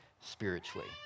spiritually